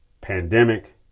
Pandemic